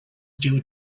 due